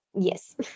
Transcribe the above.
yes